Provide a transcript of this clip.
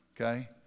Okay